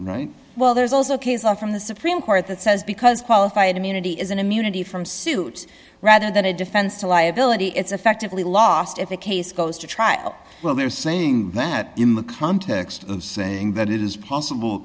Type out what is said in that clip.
right well there's also case on from the supreme court that says because qualified immunity is an immunity from suit rather than a defense to liability it's effectively lost if the case goes to trial well they're saying that in the context of saying that it is possible